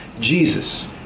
Jesus